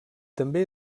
també